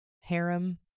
harem